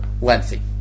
lengthy